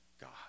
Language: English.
God